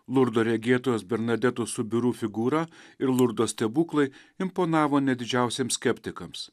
lurdo regėtojos bernadetos subiru figūra ir lurdo stebuklai imponavo net didžiausiems skeptikams